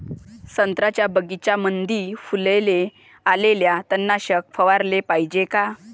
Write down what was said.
संत्र्याच्या बगीच्यामंदी फुलाले आल्यावर तननाशक फवाराले पायजे का?